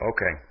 Okay